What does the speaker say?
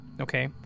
Okay